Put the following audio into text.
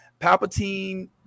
Palpatine